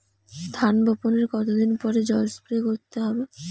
ধান বপনের কতদিন পরে জল স্প্রে করতে হবে?